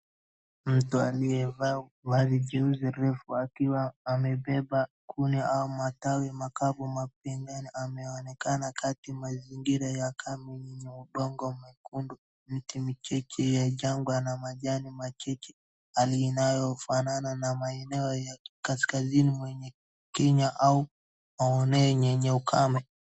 Mtu aliyevaa nguo jeusi refu akiwa amebeba kuni ama matawi makavu mapembeni, ameonekana kati mazingira ya kame yenye udongo mwekundu miti michache ya jangwa na majani machache, hali inayofanana na maeneo ya kaskazini mwa Kenya au maeneo yenye ukame.